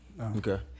okay